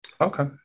Okay